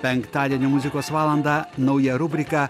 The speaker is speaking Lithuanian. penktadienio muzikos valandą nauja rubrika